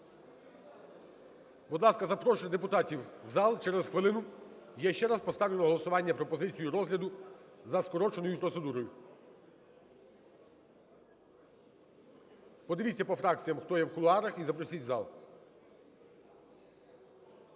Будь ласка, запрошуйте депутатів в зал, через хвилину я ще раз поставлю на голосування пропозицію розгляду за скороченою процедурою. Подивіться по фракціям, хто є в кулуарах, і запросіть в зал.